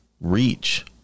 reach